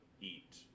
eat